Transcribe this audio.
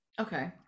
Okay